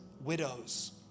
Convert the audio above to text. widows